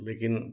लेकिन